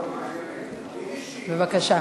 בבקשה.